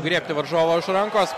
griebti varžovą už rankos